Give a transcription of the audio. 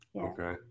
okay